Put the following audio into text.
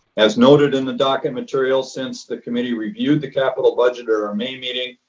as noted in the docket material since the committee reviewed the capital budget at our main meeting,